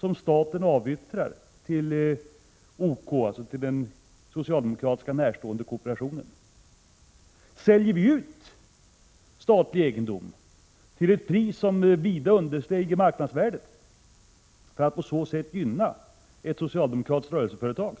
som staten avyttrar till OK, dvs. till en del av den socialdemokratin närstående kooperationen? Säljer vi ut statlig egendom till ett pris som understiger marknadsvärdet för att på så sätt gynna ett socialdemokratiskt rörelseföretag?